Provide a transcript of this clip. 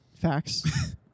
facts